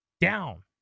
down